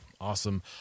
Awesome